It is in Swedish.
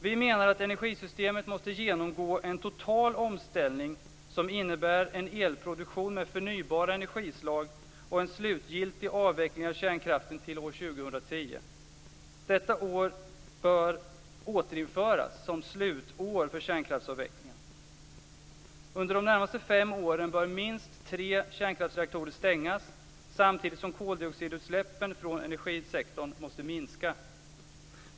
Vi menar att energisystemet måste genomgå en total omställning som innebär en elproduktion med förnybara energislag och en slutgiltig avveckling av kärnkraften till år 2010. Detta år bör återinföras som slutår för kärnkraftsavvecklingen. Under de närmaste fem åren bör minst tre kärnkraftsreaktorer stängas, samtidigt som koldioxidutsläppen från energisektorn måste minska.